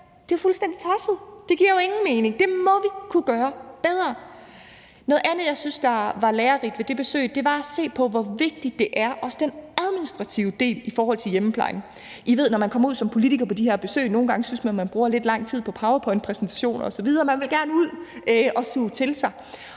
Det er fuldstændig tosset. Det giver jo ingen mening. Det må vi kunne gøre bedre. Noget andet, jeg synes var lærerigt ved det besøg, var at se på, hvor vigtig også den administrative del er i forhold til hjemmeplejen. I ved, at når man kommer ud som politiker på de her besøg, så synes man nogle gange, at de bruger lidt lang tid på powerpointpræsentationer osv. Man vil gerne ud og suge til sig.